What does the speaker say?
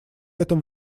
этом